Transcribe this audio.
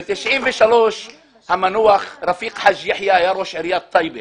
אז המנוח רפיק חאג' יחיא היה ראש עיריית טייבה.